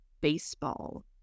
baseball